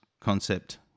concept